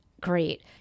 great